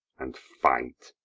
and fight.